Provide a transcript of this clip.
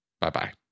Bye-bye